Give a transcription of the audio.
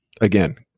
again